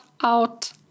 out